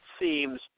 seems